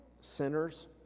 sinners